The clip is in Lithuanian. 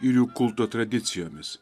ir jų kulto tradicijomis